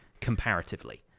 comparatively